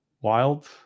wild